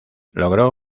logró